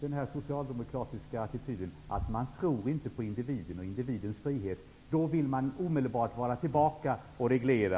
Den socialdemokratiska attityden, att man inte tror på individen och individens frihet, kommer tydligt fram. Man vill omedelbart börja reglera.